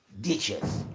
ditches